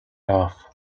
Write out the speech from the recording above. off